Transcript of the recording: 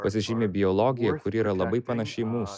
pasižymi biologija kuri yra labai panaši į mūsų